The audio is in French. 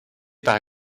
par